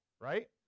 right